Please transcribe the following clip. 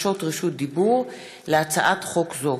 ברשות יושב-ראש הישיבה,